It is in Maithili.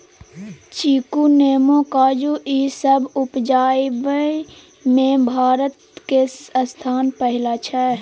चीकू, नेमो, काजू ई सब उपजाबइ में भारत के स्थान पहिला छइ